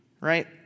right